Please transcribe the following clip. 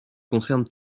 concerne